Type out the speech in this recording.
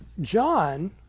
John